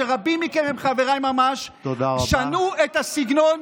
שרבים מכם הם חבריי ממש: שנו את הסגנון,